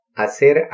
hacer